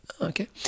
Okay